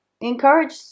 encourage